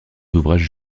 ouvrages